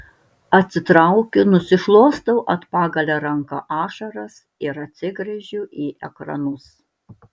atsitraukiu nusišluostau atpakalia ranka ašaras ir atsigręžiu į ekranus